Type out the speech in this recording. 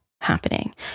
happening